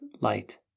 light